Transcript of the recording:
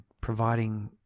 providing